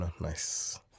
nice